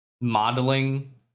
modeling